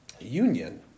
Union